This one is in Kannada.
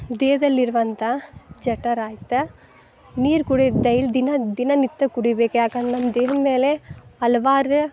ದೇಹದಲ್ಲಿರುವಂಥ ಜಟರಾಯ್ತ ನೀರು ಕುಡಿಯೋದು ಡೈಲ್ ದಿನ ದಿನನಿತ್ಯ ಕುಡಿಬೇಕು ಯಾಕಂದಂದು ದೇಹದ ಮೇಲೆ ಹಲವಾರು